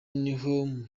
niho